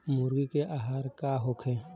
मुर्गी के आहार का होखे?